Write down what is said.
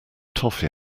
toffee